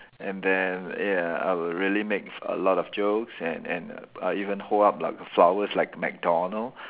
and then ya I will really make a lot of jokes and and uh even hold up like flowers like McDonald